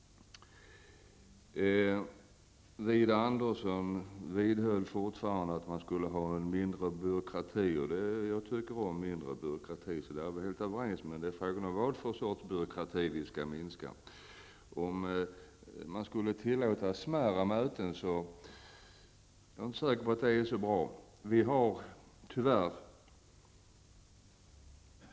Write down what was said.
Widar Andersson vidhåller fortfarande att byråkratin skall minska i omfattning. Jag tycker om mindre byråkrati. Där är vi helt överens. Men det är fråga om vilken byråkrati som skall minska i omfattning. Jag är inte så säker på att det är bra att tillåta smärre möten.